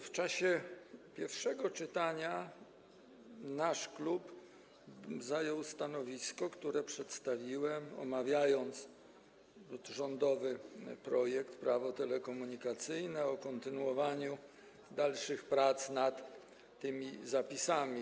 W czasie pierwszego czytania nasz klub zajął stanowisko, które przedstawiłem, omawiając rządowy projekt Prawo telekomunikacyjne, dotyczące kontynuowania prac nad tymi zapisami.